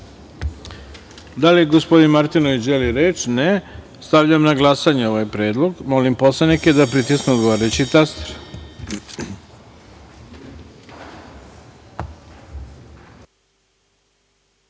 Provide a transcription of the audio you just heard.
li gospodin Martinović želi reč? (Ne)Stavljam na glasanje ovaj predlog. Molim poslanike da pritisnu odgovarajući